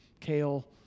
kale